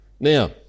Now